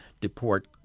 deport